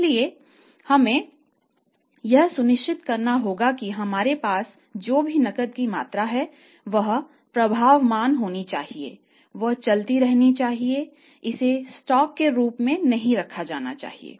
इसलिए हमें यह सुनिश्चित करना होगा कि हमारे पास जो भी नकद की मात्रा है वह प्रवाहमान होनी चाहिए यह चलती रहनी चाहिए और इसे स्टॉक के रूप में नहीं रखा जाना चाहिए